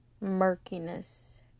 murkiness